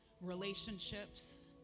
relationships